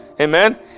amen